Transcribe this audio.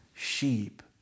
sheep